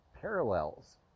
parallels